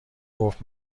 گفت